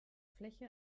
fläche